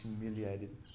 humiliated